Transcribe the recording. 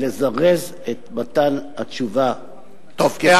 לזרז את מתן התשובה ככל